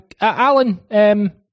Alan